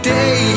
day